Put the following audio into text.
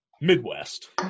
Midwest